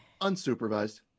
Unsupervised